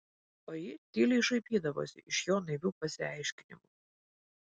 o ji tyliai šaipydavosi iš jo naivių pasiaiškinimų